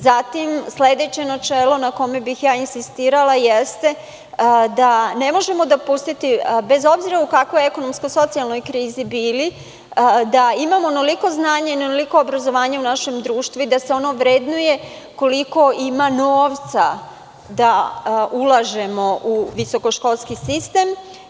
Zatim, sledeće načelo na kojem bih insistirala jeste da ne možemo dopustiti, bez obzira u kakvoj ekonomsko-socijalnoj krizi bili, da imamo onoliko znanja i onoliko obrazovanja u našem društvu i da se ono vrednuje koliko ima novca da ulažemo u visokoškolski sistem.